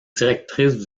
directrice